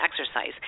exercise